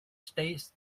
states